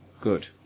Good